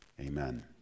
amen